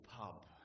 pub